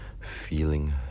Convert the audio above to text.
feeling